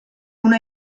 una